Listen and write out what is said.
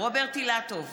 רוברט אילטוב,